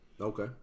Okay